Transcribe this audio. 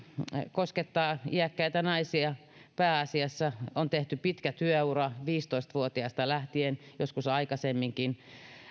koskettaa iäkkäitä naisia pääasiassa on tehty pitkä työura viisitoista vuotiaasta lähtien joskus nuorempanakin